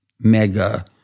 mega